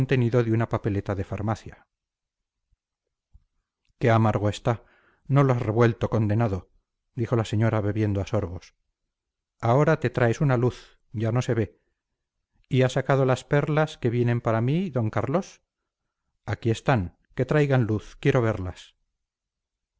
de una papeleta de farmacia qué amargo está no lo has revuelto condenado dijo la señora bebiendo a sorbos ahora te traes una luz ya no se ve y ha sacado las perlas que vienen para mí d carlos aquí están que traigan luz quiero verlas